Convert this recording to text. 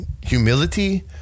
humility